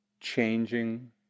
changing